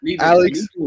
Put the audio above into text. Alex